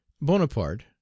Bonaparte